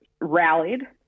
rallied